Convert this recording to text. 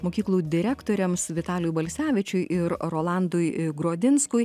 mokyklų direktoriams vitaliui balsevičiui ir rolandui gruodinskui